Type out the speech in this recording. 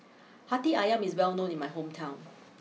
Hati Ayam is well known in my hometown